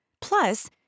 Plus